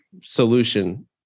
solution